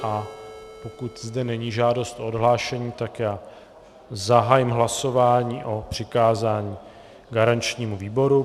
A pokud zde není žádost o odhlášení, tak zahájím hlasování o přikázání garančnímu výboru.